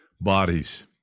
bodies